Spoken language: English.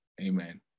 amen